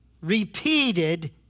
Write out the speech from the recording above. repeated